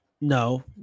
No